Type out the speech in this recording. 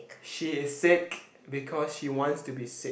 she is sick because she wants to be sick